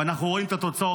ואנחנו רואים את התוצאות,